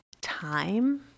time